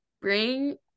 bring